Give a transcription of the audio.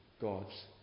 God's